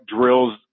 drills